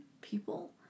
people